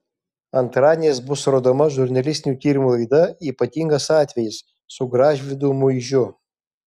antradieniais bus rodoma žurnalistinių tyrimų laida ypatingas atvejis su gražvydu muižiu